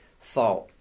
thought